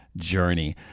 journey